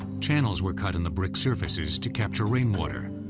channels were cut in the brick surfaces to capture rainwater,